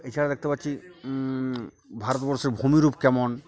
এছাড়া দেখতে পাচ্ছি ভারতবর্ষের ভূমিরূপ কেমন